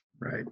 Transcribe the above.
right